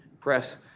Press